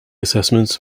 assessments